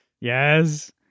yes